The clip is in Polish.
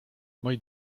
moi